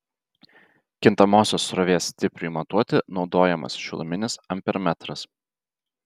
kintamosios srovės stipriui matuoti naudojamas šiluminis ampermetras